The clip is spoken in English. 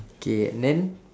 K and then